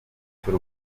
cy’u